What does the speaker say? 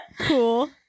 Cool